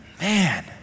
Man